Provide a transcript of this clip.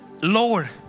Lord